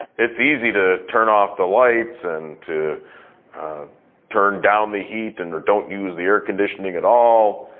it's easy to turn off the lights and to turn down the heat and don't use the air-conditioning at all.